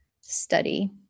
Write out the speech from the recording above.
study